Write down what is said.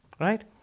Right